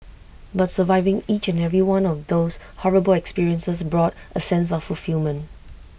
but surviving each and every one of those terrible experiences brought A sense of fulfilment